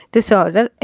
Disorder